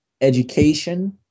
education